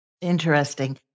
Interesting